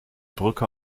brücke